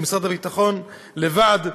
או משרד הביטחון לבדו,